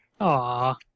Aw